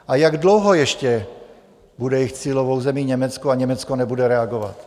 A jak dlouho ještě bude jejich cílovou zemí Německo a Německo nebude reagovat?